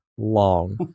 long